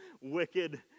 wicked